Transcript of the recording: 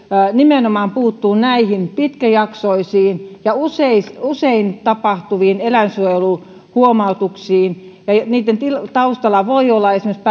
nimenomaan näihin pitkäjaksoisiin ja usein tapahtuviin eläinsuojeluhuomautuksiin kun niiden taustalla voi olla esimerkiksi